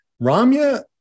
Ramya